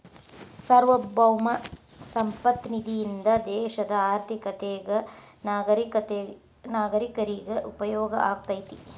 ಸಾರ್ವಭೌಮ ಸಂಪತ್ತ ನಿಧಿಯಿಂದ ದೇಶದ ಆರ್ಥಿಕತೆಗ ನಾಗರೇಕರಿಗ ಉಪಯೋಗ ಆಗತೈತಿ